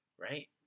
right